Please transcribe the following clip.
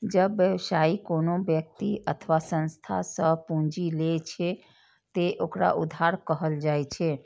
जब व्यवसायी कोनो व्यक्ति अथवा संस्था सं पूंजी लै छै, ते ओकरा उधार कहल जाइ छै